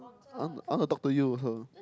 I I want to talk to you also